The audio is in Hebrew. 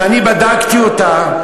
שבדקתי אותה,